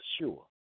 sure